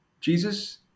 Jesus